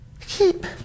Keep